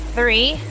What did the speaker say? Three